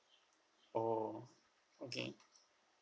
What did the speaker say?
oh okay